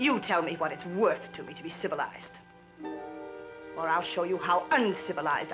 you tell me what it's worth to me to be civilized or i'll show you how uncivilized